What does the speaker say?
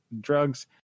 drugs